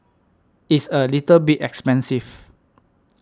it's a little bit expensive